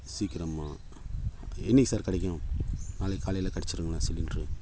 சீக்கிரமாக என்றைக்கி சார் கிடைக்கும் நாளைக்கு காலையில் கிடச்சிருங்களா சிலிண்ட்ரு